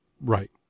Right